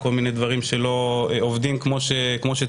כל מיני דברים שלא עובדים כמו שצריך.